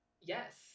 Yes